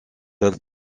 elle